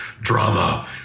drama